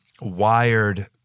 Wired